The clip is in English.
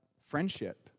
friendship